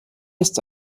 ist